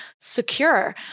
secure